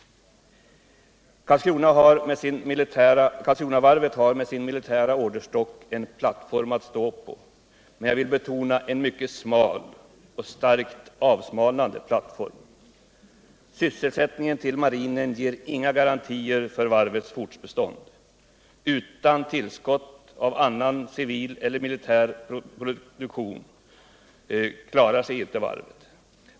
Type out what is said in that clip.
Karlskronavarvet har med sin militära orderstock en plattform att stå på, men jag vill betona att det är en mycket smal och starkt avsmalnande plattform. Tillverkningen åt marinen ger inga garantier för varvets fortbestånd. Utan tillskott av annan civil eller militär produktion kan inte varvet klara sig.